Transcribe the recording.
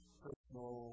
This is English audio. personal